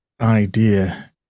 idea